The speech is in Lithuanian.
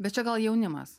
bet čia gal jaunimas